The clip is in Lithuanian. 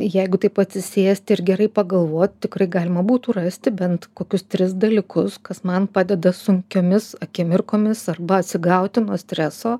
jeigu taip atsisėsti ir gerai pagalvot tikrai galima būtų rasti bent kokius tris dalykus kas man padeda sunkiomis akimirkomis arba atsigauti nuo streso